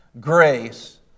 grace